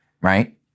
right